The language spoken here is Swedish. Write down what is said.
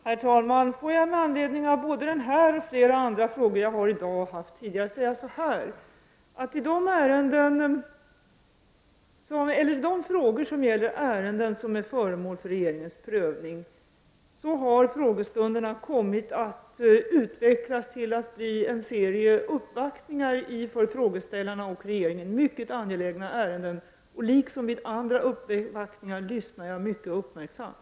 Herr talman! Får jag med anledning av både denna och flera andra frågor jag har svarat på tidigare i dag säga så här: När det gäller frågor om ärenden som är föremål för regeringens prövning har frågestunderna kommit att utvecklas till att bli en serie uppvaktningar i för frågeställarna och regeringen mycket angelägna ärenden. Liksom vid andra uppvaktningar lyssnar jag mycket uppmärksamt.